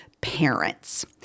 parents